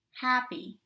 happy